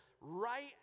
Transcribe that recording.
right